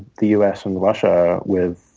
the us and russia with